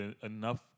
enough